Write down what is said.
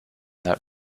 that